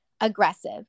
aggressive